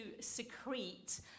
secrete